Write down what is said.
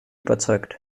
überzeugt